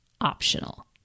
optional